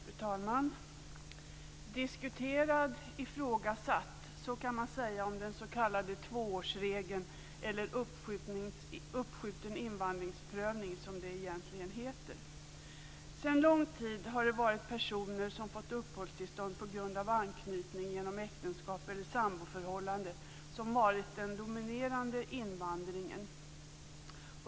Fru talman! Diskuterad - ifrågasatt, så kan man säga om den s.k. tvåårsregeln eller uppskjuten invandringsprövning, som det egentligen heter. Sedan lång tid har det varit personer som fått uppehållstillstånd på grund av anknytning genom äktenskap eller samboförhållanden som varit den dominerande invandringen.